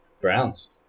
Browns